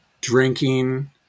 drinking